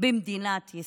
במדינת ישראל.